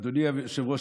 אדוני היושב-ראש,